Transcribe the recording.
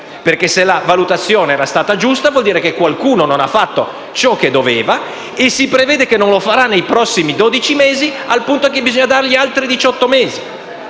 se la valutazione era stata giusta, allora qualcuno non ha fatto ciò che doveva e si prevede che non lo farà nei prossimi dodici mesi, al punto che bisogna dargli altri diciotto